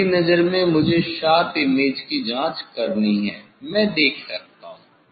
मेरी नजर में मुझे शार्प इमेज की जांच करनी है मैं देख सकता हूं